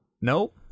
Nope